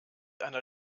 einer